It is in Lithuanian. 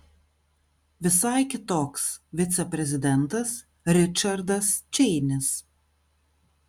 visai kitoks viceprezidentas ričardas čeinis